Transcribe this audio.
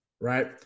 Right